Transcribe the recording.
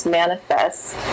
manifest